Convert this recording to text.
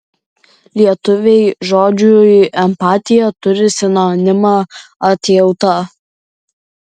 lietuviai žodžiui empatija turi sinonimą atjauta